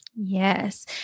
Yes